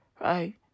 right